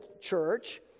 church